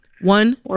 One